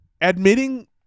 admitting